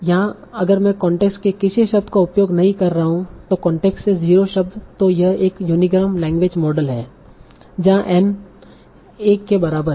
यहाँ अगर मैं कांटेक्स्ट के किसी शब्द का उपयोग नहीं कर रहा हूँ तो कांटेक्स्ट से जीरो शब्द तों यह एक यूनिग्राम लैंग्वेज मॉडल है जहाँ n एक के बराबर है